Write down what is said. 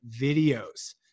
videos